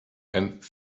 and